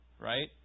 Right